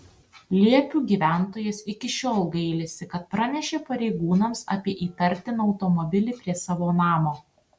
liepių gyventojas iki šiol gailisi kad pranešė pareigūnams apie įtartiną automobilį prie savo namo